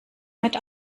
mit